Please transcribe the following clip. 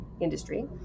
industry